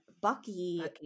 Bucky